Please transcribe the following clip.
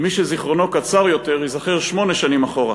מי שזיכרונו קצר יותר, שייזכר שמונה שנים אחורה,